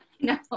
no